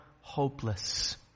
hopeless